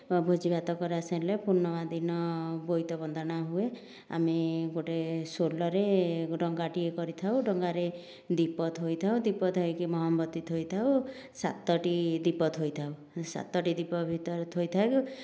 ଭୋଜି ଭାତ କରାସାରିଲେ ପୂର୍ଣ୍ଣିମା ଦିନ ବୋଇତ ବନ୍ଦାଣ ହୁଏ ଆମେ ଗୋଟିଏ ସୋଲରେ ଡଙ୍ଗାଟିଏ କରିଥାଉ ଡଙ୍ଗାରେ ଦୀପ ଥୋଇଥାଉ ଦୀପ ଥୋଇକି ମହମବତୀ ଥୋଇଥାଉ ସାତଟି ଦୀପ ଥୋଇଥାଉ ସାତଟି ଦୀପ ଭିତରେ ଥୋଇଥାଉ